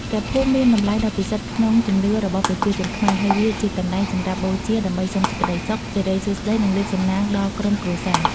ព្រះភូមិមានតម្លៃដ៏ពិសិដ្ឋក្នុងជំនឿរបស់ប្រជាជនខ្មែរ ហើយវាជាកន្លែងសម្រាប់បូជាដើម្បីសុំសេចក្តីសុខ សិរីសួស្តី និងលាភសំណាងដល់ក្រុមគ្រួសារ។